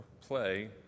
play